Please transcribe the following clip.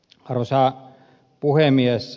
arvoisa puhemies